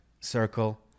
circle